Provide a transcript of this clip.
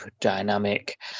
dynamic